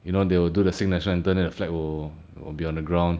you know they will do the sing national anthem then the flag will will be on the ground